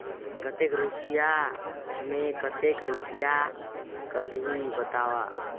कतेक रुपिया मे कतेक रुपिया कटही बताव?